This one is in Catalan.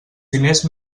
diners